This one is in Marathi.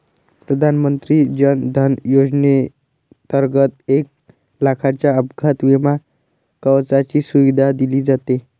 प्रधानमंत्री जन धन योजनेंतर्गत एक लाखाच्या अपघात विमा कवचाची सुविधा दिली जाते